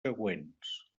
següents